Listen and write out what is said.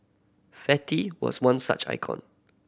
fatty was one such icon